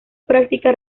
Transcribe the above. práctica